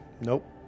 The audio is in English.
Nope